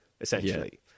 essentially